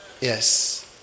Yes